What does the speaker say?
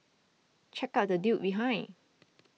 check out the dude behind